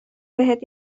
بهت